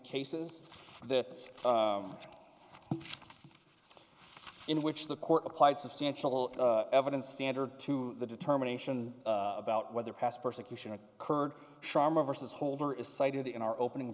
cases that in which the court applied substantial evidence standard to the determination about whether past persecution or current sharma versus holder is cited in our opening